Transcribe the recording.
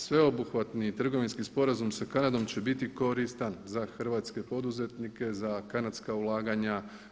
Sveobuhvatni trgovinski sporazum sa Kanadom će biti koristan za hrvatske poduzetnike, za kanadska ulaganja.